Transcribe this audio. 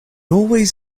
always